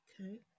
Okay